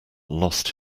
lost